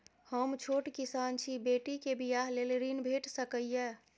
हम छोट किसान छी, बेटी के बियाह लेल ऋण भेट सकै ये?